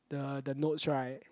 the the notes right